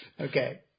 Okay